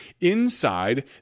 Inside